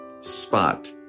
spot